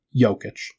Jokic